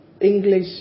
English